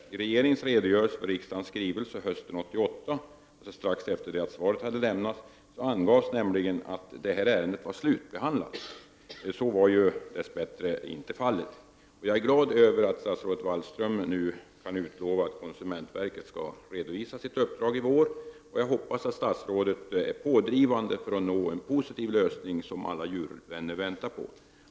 I regeringens redogörelse för riksdagens skrivelser hösten 1988 — strax efter det att svaret hade lämnats — angavs nämligen att detta ärende var slutbehandlat. Så var dess bättre inte fallet. Jag är glad över att statsrådet Wallström nu kan utlova att konsumentverket skall redovisa sitt uppdrag i vår. Jag hoppas att statsrådet är pådrivande för att nå en positiv lösning som alla djurvänner väntar på.